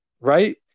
Right